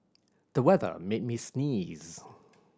the weather made me sneeze